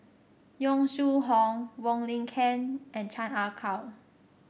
Yong Shu Hoong Wong Lin Ken and Chan Ah Kow